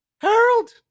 Harold